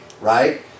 right